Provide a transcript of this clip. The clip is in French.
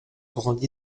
grandi